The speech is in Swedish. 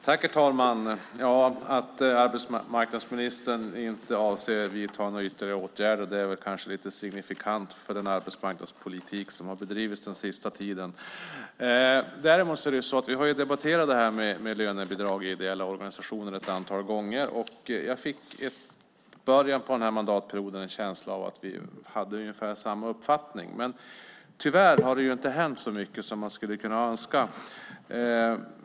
Herr talman! Att arbetsmarknadsministern inte avser att vidta några ytterligare åtgärder är kanske lite signifikant för den arbetsmarknadspolitik som har bedrivits den senaste tiden. Vi har debatterat lönebidrag i ideella organisationer ett antal gånger, och jag fick i början av mandatperioden en känsla av att vi hade ungefär samma uppfattning. Men tyvärr har det inte hänt så mycket som man skulle kunna önska.